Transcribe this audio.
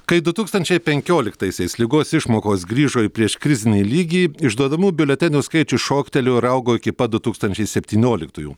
kai du tūkstančiai penkioliktaisiais ligos išmokos grįžo į prieškrizinį lygį išduodamų biuletenių skaičius šoktelėjo ir augo iki pat du tūkstančiai septynioliktųjų